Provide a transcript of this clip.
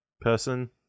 person